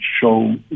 show